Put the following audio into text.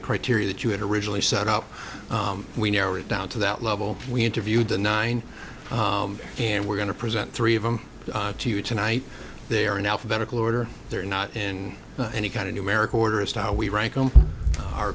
the criteria that you had originally set up we narrowed it down to that level we interviewed the nine and we're going to present three of them to you tonight they are in alphabetical order they're not in any kind of numerical order as to how we rank